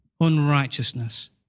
unrighteousness